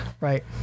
Right